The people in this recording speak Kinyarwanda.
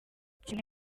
kimwe